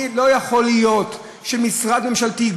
לא יכול להיות שמשרד ממשלתי,